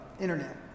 internet